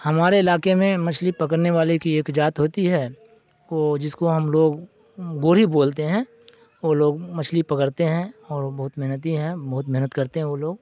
ہمارے علاقے میں مچھلی پکڑنے والے کی ایک ذات ہوتی ہے وہ جس کو ہم لوگ گوری بولتے ہیں وہ لوگ مچھلی پکڑتے ہیں اور بہت محنتی ہیں بہت محنت کرتے ہیں وہ لوگ